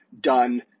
done